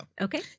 Okay